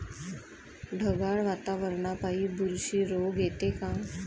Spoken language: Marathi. ढगाळ वातावरनापाई बुरशी रोग येते का?